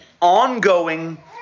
ongoing